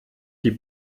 die